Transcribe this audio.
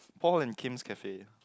Paul and Kim's cafe